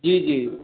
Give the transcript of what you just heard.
जी जी